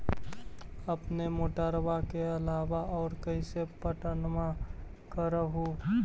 अपने मोटरबा के अलाबा और कैसे पट्टनमा कर हू?